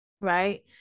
right